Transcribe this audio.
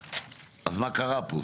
אז מה קרה פה?